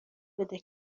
بده